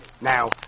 Now